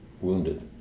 wounded